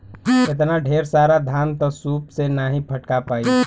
एतना ढेर सारा धान त सूप से नाहीं फटका पाई